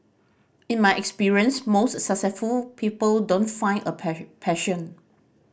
in my experience most successful people don't find a passion